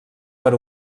per